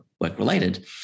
work-related